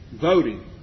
voting